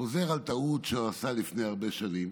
חוזר על טעות שהוא עשה לפני הרבה שנים,